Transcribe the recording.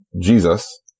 Jesus